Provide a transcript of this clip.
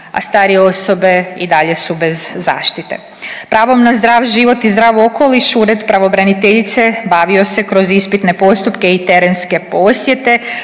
a starije osobe i dalje su bez zaštite. Pravom na zdrav život i zdrav okoliš Ured pravobraniteljice bavio se kroz ispitne postupke i terenske posjete.